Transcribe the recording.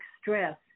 stress